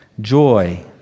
Joy